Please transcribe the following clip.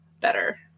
better